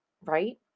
right